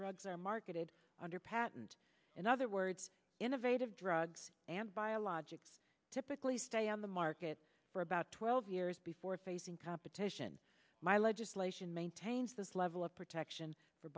drugs are marketed under patent in other words innovative drugs and biologics typically stay on the market for about twelve years before facing competition my legislation maintains this level of protection for